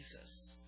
Jesus